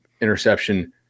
interception